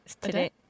Today